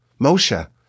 Moshe